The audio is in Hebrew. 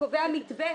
וקובע מתווה,